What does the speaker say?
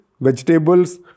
vegetables